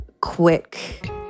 quick